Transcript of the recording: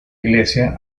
iglesia